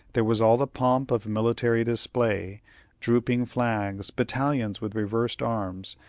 there was all the pomp of military display drooping flags, battalions with reversed arms,